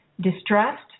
distrust